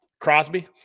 Crosby